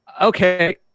okay